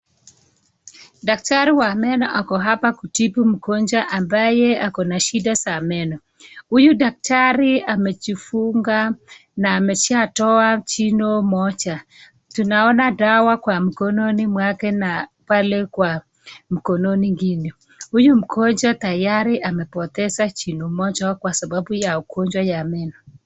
Daktari wa meno ako hapa kutibu mgonjwa ambaye ako na shida za meno. Huyu daktari amejifunga na ameshatoa jino moja. Tunaona dawa kwa mkononi mwake na pale kwa mkono mwingine. Huyu mgonjwa tayari amepoteza jino moja kwa sababu ya ugonjwa ya meno.